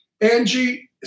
Angie